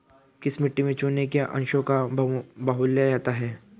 किस मिट्टी में चूने के अंशों का बाहुल्य रहता है?